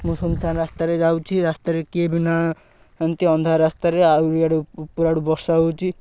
ମୁଁ ଶୂନଶାନ ରାସ୍ତାରେ ଯାଉଛି ରାସ୍ତାରେ କିଏ ବି ନାହାନ୍ତି ଅନ୍ଧାର ରାସ୍ତାରେ ଆହୁରି ଇଆଡ଼ୁ ବର୍ଷା ହେଉଛି